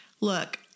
Look